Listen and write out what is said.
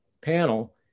panel